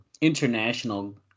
international